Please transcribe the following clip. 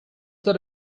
that